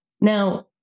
Now